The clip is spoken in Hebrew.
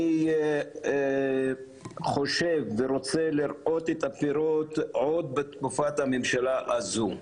אני חושב ורוצה לראות את הפירות עוד בתקופת הממשלה הזו.